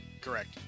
Correct